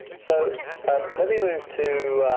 so um let me move to